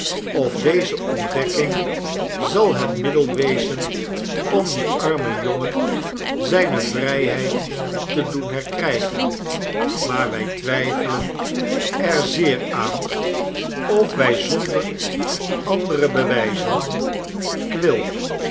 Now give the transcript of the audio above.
of deze ontdekking zal het middel wezen om dien armen jongen zijne vrijheid te doen herkrijgen maai wij twijfelen er zeer aan of wij zonder andere bewijzen quilp